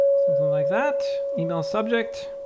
something like that email subject.